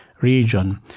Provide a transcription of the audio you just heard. region